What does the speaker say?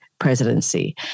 presidency